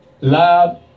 Love